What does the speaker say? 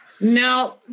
no